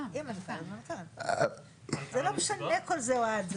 לא משנה כל זה, אוהד.